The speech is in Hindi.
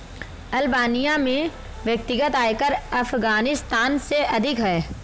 अल्बानिया में व्यक्तिगत आयकर अफ़ग़ानिस्तान से अधिक है